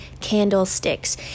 candlesticks